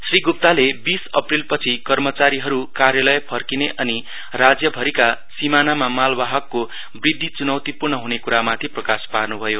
श्री गुप्ताले बीस अप्रेल पछि कर्मचारीहरू कार्यालय फर्किने अनि राज्य भरिका सीमानामा मालवाहकको वृद्ध चुनौतीपूर्ण हुने कुरामाथि प्रकाश पार्नुभयो